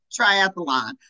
triathlon